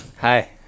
Hi